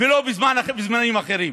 ולא בזמנים אחרים.